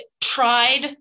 tried